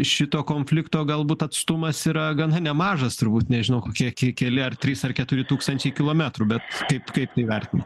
šito konflikto galbūt atstumas yra gana nemažas turbūt nežinau kokie k keli ar trys ar keturi tūkstančiai kilometrų bet kaip kaip tai vertint